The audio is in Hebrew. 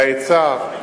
להיצע,